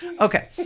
okay